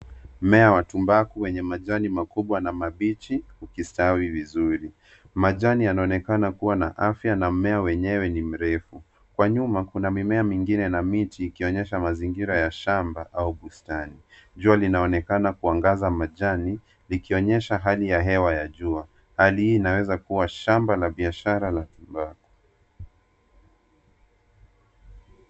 Mmea wa tumbaku wenye majani makubwa na mabichi ukistawi vizuri. Mjani yanaonekana kuwa na afya na mmea wenyewe ni mrefu. Kwa nyuma, kuna mimea mingine na miti, ikionyesha mazingira ya shamba au bustani. Jua linaonekana kuangaza majani likionyesha hali ya hewa ya jua. Hali hii inawezakuwa shamba la kibiashara la tumbaku.